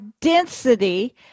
density